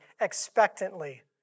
expectantly